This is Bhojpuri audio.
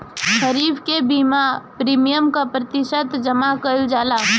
खरीफ के बीमा प्रमिएम क प्रतिशत जमा कयील जाला?